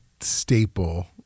staple